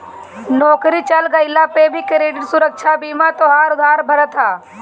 नोकरी चल गइला पअ भी क्रेडिट सुरक्षा बीमा तोहार उधार भरत हअ